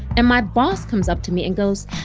and my boss comes up to me and goes,